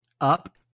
up